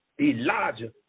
Elijah